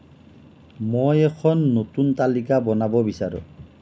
মই এখন নতুন তালিকা বনাব বিচাৰোঁ